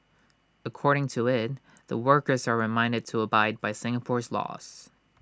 according to IT the workers are reminded to abide by Singapore's laws